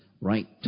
right